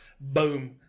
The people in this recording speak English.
Boom